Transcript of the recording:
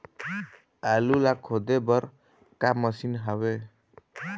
आलू ला खोदे बर का मशीन हावे?